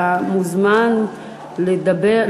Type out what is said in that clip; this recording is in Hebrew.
אתה מוזמן לדבר,